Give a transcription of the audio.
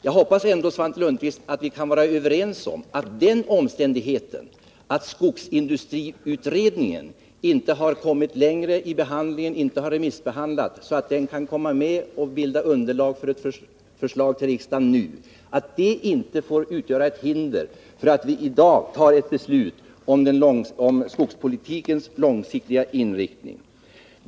Jag hoppas, Svante Lundkvist, att vi kan vara överens om att den omständigheten att skogsindustriutredningens betänkande inte har kommit så långt i behandlingen — det har inte remissbehandlats — att det nu kan bilda underlag för ett förslag till riksdagen inte får utgöra ett hinder för att vi i dag tar ett beslut om skogspolitikens långsiktiga inriktning.